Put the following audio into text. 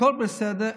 והכול בסדר,